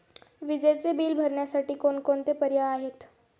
विजेचे बिल भरण्यासाठी कोणकोणते पर्याय आहेत?